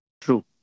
true